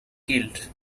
killed